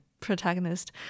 protagonist